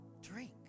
drink